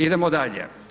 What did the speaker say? Idemo dalje.